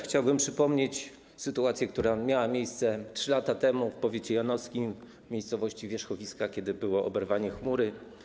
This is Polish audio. Chciałbym przypomnieć sytuację, która miała miejsce 3 lata temu w powiecie janowskim, w miejscowości Wierzchowiska, kiedy było oberwanie chmury.